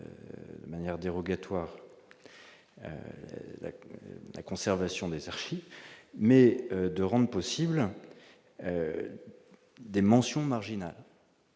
manière dérogatoire la conservation des archives mais de rendent possibles des mentions marginales